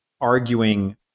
arguing